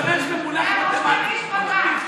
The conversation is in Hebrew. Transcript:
שרת המשפטים,